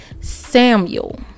Samuel